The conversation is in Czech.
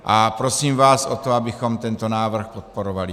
A prosím vás o to, abychom tento návrh podporovali.